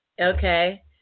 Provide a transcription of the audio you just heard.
Okay